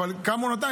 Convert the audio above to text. אבל כמה הוא נתן?